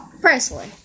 Presley